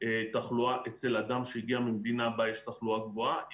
תחלואה אצל אדם שהגיע ממדינה בה יש תחלואה גבוהה,